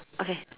okay